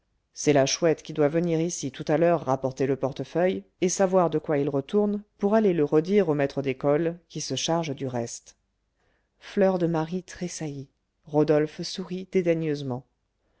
c'est la chouette qui doit venir ici tout à l'heure rapporter le portefeuille et savoir de quoi il retourne pour aller le redire au maître d'école qui se charge du reste fleur de marie tressaillit rodolphe sourit